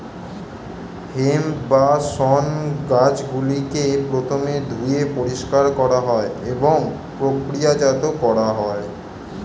hemp বা শণ গাছগুলিকে প্রথমে ধুয়ে পরিষ্কার করা হয় এবং প্রক্রিয়াজাত করা হয়